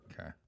Okay